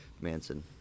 Manson